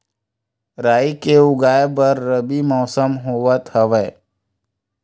राई के उगाए बर रबी मौसम होवत हवय?